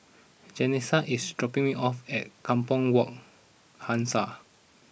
Jessenia is dropping me off at Kampong Wak Hassan